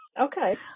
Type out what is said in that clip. Okay